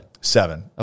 Seven